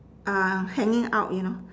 uh hanging out you know